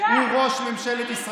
הוא מפקיר, זה מה שהוא עושה.